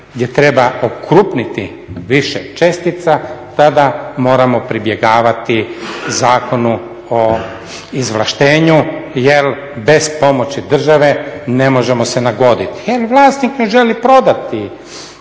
gdje treba okrupniti više čestica tada moramo pribjegavati Zakonu o izvlaštenju jer bez pomoći države ne možemo se nagoditi jer vlasnik ne želi prodati